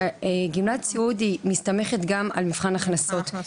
שגמלת סיעוד מסתמכת גם על מבחן הכנסות.